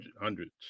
Hundreds